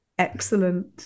Excellent